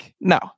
no